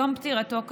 יום פטירתו,